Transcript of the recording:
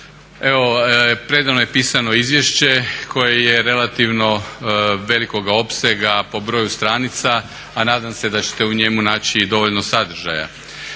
Evo preda mnom je pisano izvješće koje je relativno velikoga opsega po broju stranica a nadam se da ćete u njemu naći i dovoljno sadržaja.